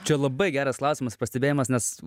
čia labai geras klausimas ir pastebėjimas nes